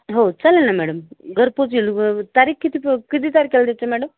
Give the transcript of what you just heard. हो चालेल ना मॅडम घर पोचेल तारीख किती प किती तारखेला द्यायचं मॅडम